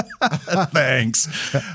Thanks